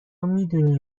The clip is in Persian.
میدونی